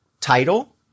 title